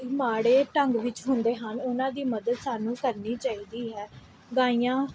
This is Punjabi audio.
ਮਾੜੇ ਢੰਗ ਵਿੱਚ ਹੁੰਦੇ ਹਨ ਉਹਨਾਂ ਦੀ ਮਦਦ ਸਾਨੂੰ ਕਰਨੀ ਚਾਹੀਦੀ ਹੈ ਗਾਈਆਂ